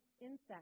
insect's